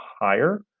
higher